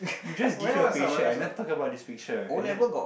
you just give your picture and then talk about this picture and then